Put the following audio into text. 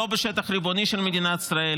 לא בשטח הריבוני של מדינת ישראל,